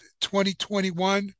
2021